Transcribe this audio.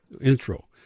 intro